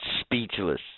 speechless